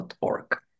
org